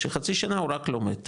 שחצי שנה הוא רק לומד,